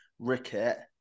ricket